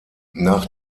nach